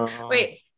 Wait